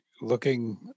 looking